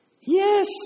Yes